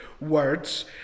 words